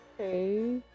Okay